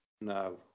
no